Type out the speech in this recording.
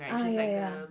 ah ya ya ya